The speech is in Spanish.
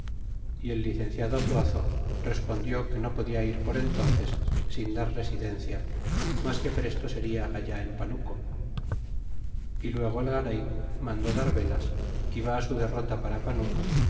y el licenciado zuazo respondió que no podia ir por entónces sin dar residencia mas que presto seria allá en panuco y luego el garay mandó dar velas é va su derrota para panuco